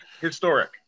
historic